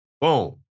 Boom